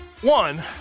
one –